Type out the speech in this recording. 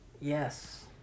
Yes